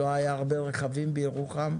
לא היה הרבה רכבים בירוחם,